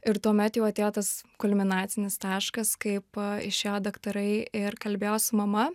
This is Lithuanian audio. ir tuomet jau atėjo tas kulminacinis taškas kaip išėjo daktarai ir kalbėjo su mama